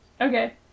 Okay